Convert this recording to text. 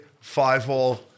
five-hole